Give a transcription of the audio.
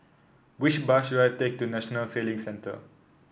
which bus should I take to National Sailing Centre